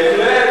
בהחלט.